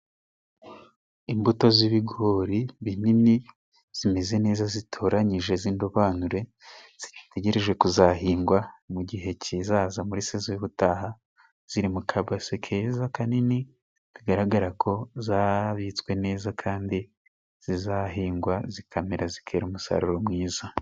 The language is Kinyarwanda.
Imbuto z'ibigori binini zimeze neza zitoranyije z'indobanure zitegereje kuzahingwa mu gihe kizaza muri sezo z'ubutaha, ziri mu kabase keza kanini kagaragara ko zabitswe neza kandi zizahingwa zikamera zikera umusaruro mwiza.